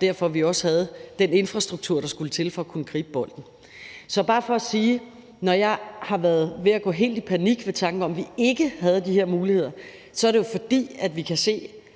Derfor havde vi også den infrastruktur, der skulle til, for at kunne gribe bolden. Så det er bare for at sige, at når jeg har været ved at gå helt i panik ved tanken om, at vi ikke havde de her muligheder, er det jo, fordi vi kan se,